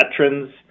veterans